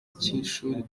cy’ishuri